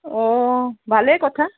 অঁ ভালেই কথা